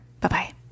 Bye-bye